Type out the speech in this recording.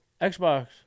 Xbox